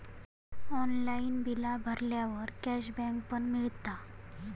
online बिला भरल्यावर cashback पण मिळता